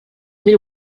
mil